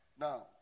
Now